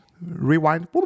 rewind